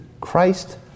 Christ